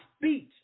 speech